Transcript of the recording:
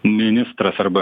ministras arba